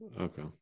okay